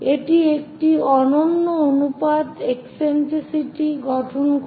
এটি একটি অনন্য অনুপাত একসেন্ট্রিসিটি গঠন করে